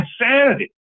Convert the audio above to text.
insanity